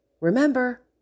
Remember